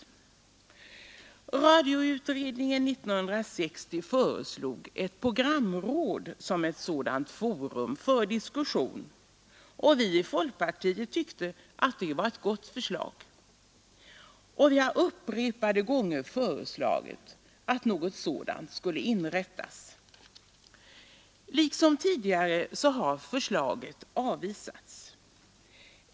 Radioutredningen 1960 föreslog ett programråd som ett forum för sådan diskussion. Vi i folkpartiet tyckte att det var ett gott förslag, och vi har upprepade gånger föreslagit att ett sådant diskussionsforum skulle inrättas. I år liksom tidigare har förslaget avvisats.